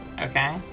Okay